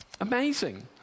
amazing